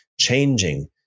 changing